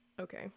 okay